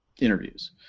interviews